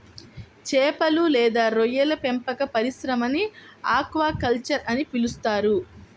చేపలు లేదా రొయ్యల పెంపక పరిశ్రమని ఆక్వాకల్చర్ అని పిలుస్తారు